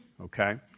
Okay